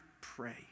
pray